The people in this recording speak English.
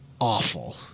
awful